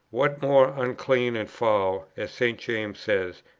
what more unclean and foul, as st. james says,